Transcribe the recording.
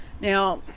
Now